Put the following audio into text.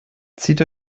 zieht